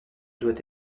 doit